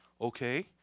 okay